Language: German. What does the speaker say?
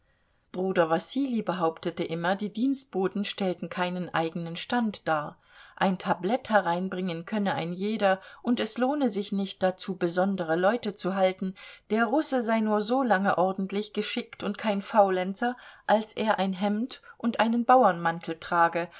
bruder wassilij behauptete immer die dienstboten stellten keinen eigenen stand dar ein tablett hereinbringen könne ein jeder und es lohne sich nicht dazu besondere leute zu halten der russe sei nur so lange ordentlich geschickt und kein faulenzer als er ein hemd und einen bauernmantel trage